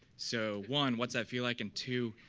so one, what's that feel like? and two,